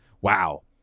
Wow